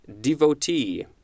devotee